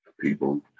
people